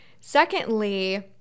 secondly